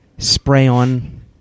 spray-on